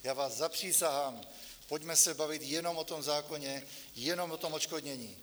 Já vás zapřísahám, pojďme se bavit jenom o tom zákoně, jenom o tom odškodnění.